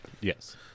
Yes